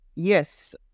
Yes